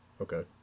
Okay